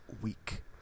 week